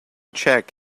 check